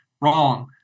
Wrong